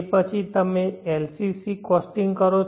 પછી તમે LCC costing કરો છો